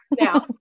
now